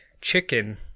chicken